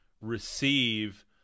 receive